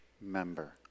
Member